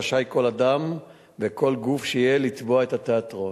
רשאי כל אדם וכל גוף שיהיה לתבוע את התיאטרון.